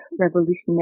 Revolutionary